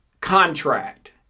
contract